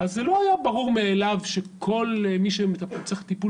אז זה לא היה ברור מאליו שכל מי שצריך טיפול